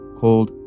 called